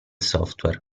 software